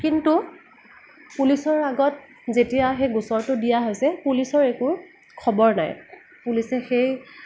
কিন্তু পুলিচৰ আগত যেতিয়া সেই গোচৰটো দিয়া হৈছে পুলিচৰ একো খবৰ নাই পুলিচে সেই